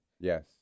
Yes